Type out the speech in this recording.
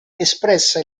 espressa